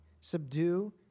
subdue